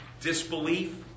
disbelief